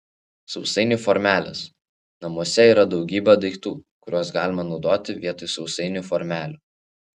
sausainių formelės namuose yra daugybė daiktų kuriuos galima naudoti vietoj sausainių formelių